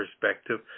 perspective